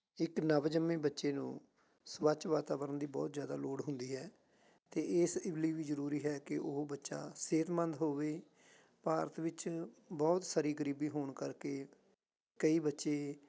ਇੱਕ ਨਵ ਜੰਮੇ ਬੱਚੇ ਨੂੰ ਸਵੱਛ ਵਾਤਾਵਰਣ ਦੀ ਬਹੁਤ ਜ਼ਿਆਦਾ ਲੋੜ ਹੁੰਦੀ ਹੈ ਅਤੇ ਇਸ ਇਵ ਲਈ ਵੀ ਜਰੂਰੀ ਹੈ ਕਿ ਉਹ ਬੱਚਾ ਸਿਹਤਮੰਦ ਹੋਵੇ ਭਾਰਤ ਵਿੱਚ ਬਹੁਤ ਸਾਰੀ ਗਰੀਬੀ ਹੋਣ ਕਰਕੇ ਕਈ ਬੱਚੇ